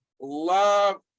Love